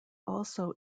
also